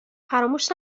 فراموش